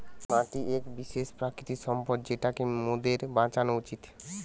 মাটি এক বিশেষ প্রাকৃতিক সম্পদ যেটোকে মোদের বাঁচানো উচিত